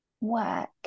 work